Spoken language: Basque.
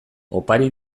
opari